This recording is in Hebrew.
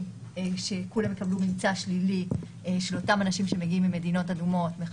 שכולם - אותם אנשים שמגיעים ממדינות אדומות כולם